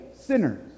sinners